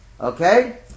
okay